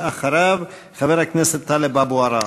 אחריו, חבר הכנסת טלב אבו עראר.